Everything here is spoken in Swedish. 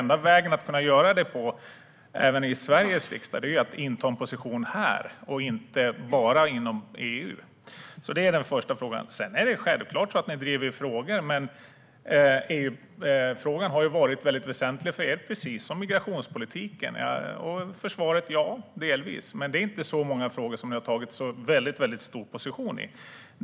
Enda vägen att kunna göra detta, även i Sveriges riksdag, är att inta en position här, inte bara inom EU. Det är den första frågan. Sedan driver ni självfallet frågor, men EU-frågan har varit väsentlig för er, precis som migrationspolitiken. Ja, försvaret finns delvis med, men det är inte så många frågor där ni har intagit någon stor position.